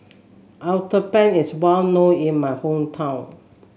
uthapam is well known in my hometown